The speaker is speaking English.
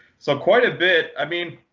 so quite a bit. i mean,